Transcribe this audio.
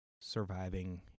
surviving